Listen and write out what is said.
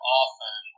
often